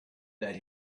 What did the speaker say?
that